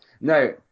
Now